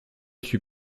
suis